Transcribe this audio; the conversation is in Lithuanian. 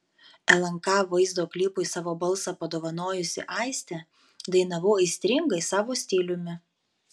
lnk vaizdo klipui savo balsą padovanojusi aistė dainavau aistringai savo stiliumi